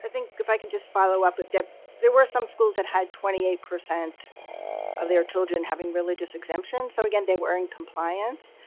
think if i can just follow-up with deb. there were some schools that twenty eight percent of their children having religious exemptions, so again they were in compliance.